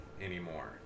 anymore